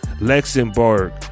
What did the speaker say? Luxembourg